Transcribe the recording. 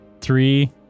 Three